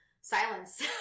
silence